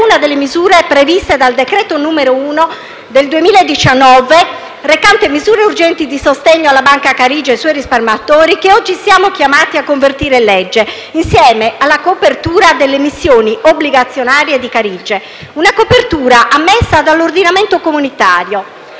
una delle misure previste dal decreto-legge n. 1 del 2019, recante misure urgenti di sostegno alla Banca Carige e ai suoi risparmiatori, che oggi siamo chiamati a convertire in legge, insieme alla copertura delle emissioni obbligazionarie di Carige: una copertura ammessa dall'ordinamento comunitario.